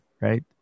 right